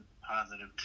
positive